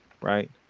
right